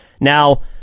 Now